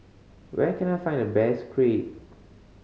where can I find the best Crepe